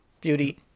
Beauty